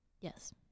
Yes